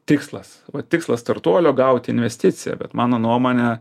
tikslas va tikslas startuolio gauti investiciją bet mano nuomone